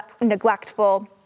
neglectful